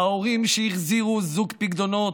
ההורים שהחזירו זוג פיקדונות,